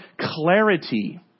clarity